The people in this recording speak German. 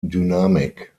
dynamik